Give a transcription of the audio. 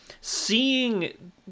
seeing